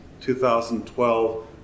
2012